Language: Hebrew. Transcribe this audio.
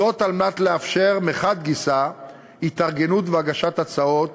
וזאת על מנת לאפשר מחד גיסא התארגנות והגשת הצעות